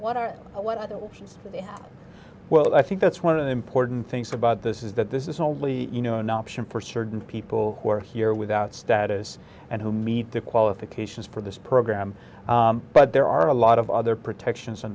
options well i think that's one of the important things about this is that this is only you know an option for certain people who are here without status and who meet the qualifications for this program but there are a lot of other protections